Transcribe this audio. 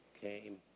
came